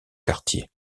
quartier